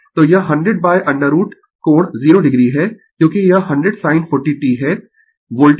तो यह 100√ कोण 0 o है क्योंकि यह 100 sin 40 t है वोल्टेज